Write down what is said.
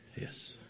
Yes